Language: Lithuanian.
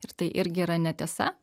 ir tai irgi yra netiesa